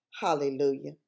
Hallelujah